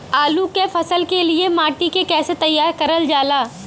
आलू क फसल के लिए माटी के कैसे तैयार करल जाला?